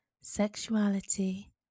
Sexuality